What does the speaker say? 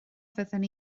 fydden